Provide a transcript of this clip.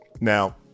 now